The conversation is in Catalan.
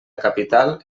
capital